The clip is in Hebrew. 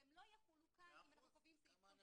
והם לא יחולו כאן אם אנחנו קובעים סעיף קונקרטי.